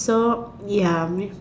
so ya